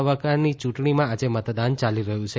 તબક્કાની ચૂંટણીમાં આજે મતદાન ચાલી રહ્યું છે